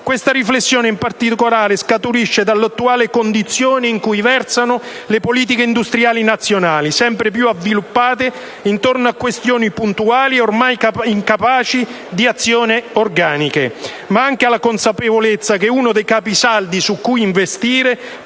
Questa riflessione, in particolare, scaturisce dall'attuale condizione in cui versano le politiche industriali nazionali, sempre più avviluppate intorno a questioni puntuali e ormai incapaci di azioni organiche, ma anche dalla consapevolezza che uno dei capisaldi su cui investire